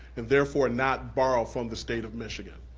and therefore not borrow from the state of michigan.